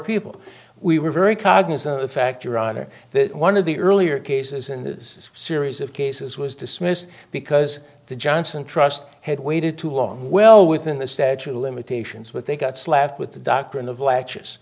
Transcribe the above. people we were very cognizant of the fact your honor one of the earlier cases in this series of cases was dismissed because the johnson trust had waited too long well within the statute of limitations but they got slapped with the doctrine of l